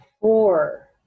Four